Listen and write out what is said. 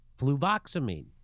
Fluvoxamine